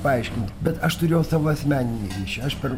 paaiškinti bet aš turėjau savo asmeninį ryšį aš per